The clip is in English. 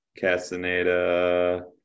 Castaneda